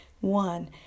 One